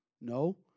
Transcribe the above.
No